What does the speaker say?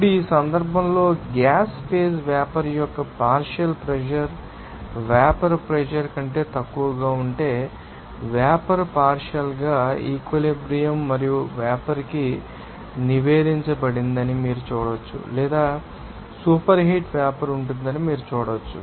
ఇప్పుడు ఈ సందర్భంలో గ్యాస్ ఫేజ్ ో వేపర్ యొక్క పార్షియల్ ప్రెషర్ వేపర్ ప్రెషర్ కంటే తక్కువగా ఉంటే వేపర్ పార్షియల్ ంగా ఈక్విలిబ్రియం మరియు వేపర్ కి నివేదించబడిందని మీరు చూడవచ్చు లేదా సూపర్హీట్ వేపర్ ఉంటుందని మీరు చూడవచ్చు